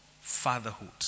fatherhood